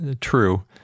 true